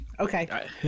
Okay